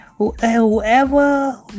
Whoever